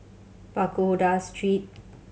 Pagoda Street